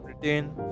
Britain